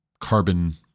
carbon